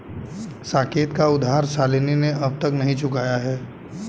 साकेत का उधार शालिनी ने अब तक नहीं चुकाया है